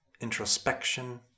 introspection